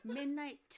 midnight